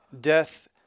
death